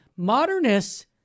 modernists